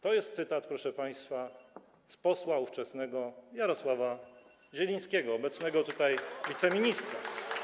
To jest cytat, proszę państwa, z ówczesnego posła Jarosława Zielińskiego, obecnego tutaj wiceministra.